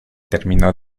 terminó